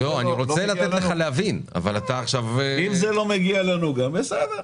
אני רוצה לתת לך להבין אבל אתה עכשיו --- אם זה לא מגיע לנו אז בסדר.